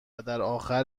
درآخر